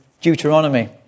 Deuteronomy